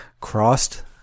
crossed